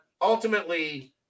ultimately